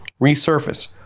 resurface